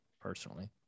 personally